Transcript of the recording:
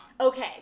Okay